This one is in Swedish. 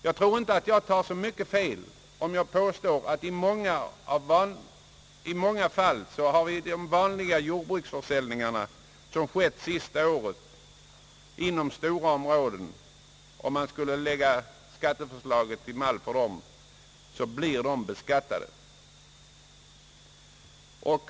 Jag tar inte så mycket fel, om jag påstår att de vanliga jordbruksförsäljningar som skett under det senaste året inom stora områden i många fall skulle ha blivit beskattade, om det nya skatteförslaget hade utgjort en mall för beskattningen.